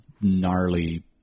gnarly